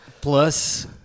Plus